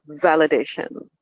validation